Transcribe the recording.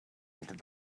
into